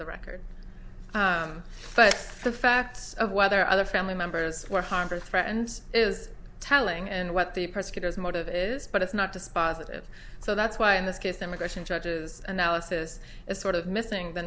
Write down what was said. on the record but the facts of whether other family members were harmed or friends is telling and what the prosecutors motive is but it's not dispositive so that's why in this case immigration judges analysis is sort of missing the